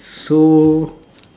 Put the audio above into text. so